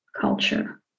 culture